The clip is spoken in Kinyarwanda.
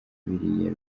biriya